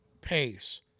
pace